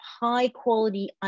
high-quality